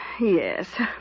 yes